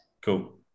cool